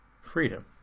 freedom